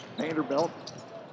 Vanderbilt